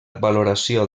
valoració